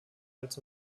als